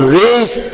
raise